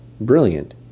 brilliant